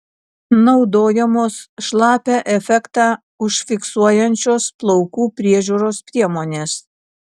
naudojamos šlapią efektą užfiksuojančios plaukų priežiūros priemonės